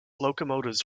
locomotives